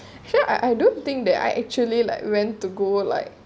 ya I I don't think that I actually like went to google like